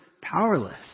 powerless